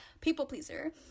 people-pleaser